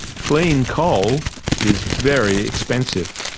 clean coal is very expensive.